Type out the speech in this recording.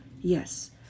Yes